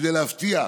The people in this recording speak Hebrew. כדי להבטיח